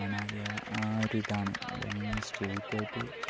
മണാലി ആ ആ ഒരു ഇതാണ് അത് ഞാൻ സ്ട്രെയ്റ്റ് ആയിട്ട്